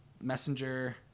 Messenger